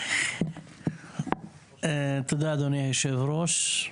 תודה אדוני היושב-ראש.